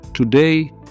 Today